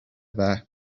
there